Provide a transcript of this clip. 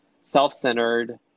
self-centered